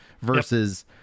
versus